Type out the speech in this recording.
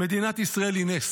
מדינת ישראל היא נס.